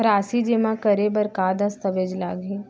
राशि जेमा करे बर का दस्तावेज लागही?